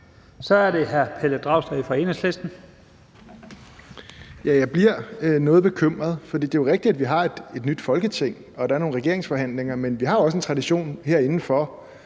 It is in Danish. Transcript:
Kl. 14:54 Pelle Dragsted (EL): Jeg bliver noget bekymret. Det er rigtigt, at vi har et nyt Folketing, og at der er nogle regeringsforhandlinger. Men vi har jo også en tradition herinde for,